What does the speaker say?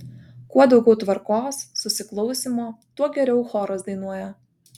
kuo daugiau tvarkos susiklausymo tuo geriau choras dainuoja